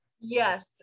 Yes